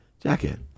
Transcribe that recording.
jacket